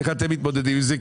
איך אתם מתמודדים עם זה?